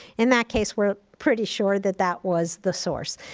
in that case, we're pretty sure that that was the source,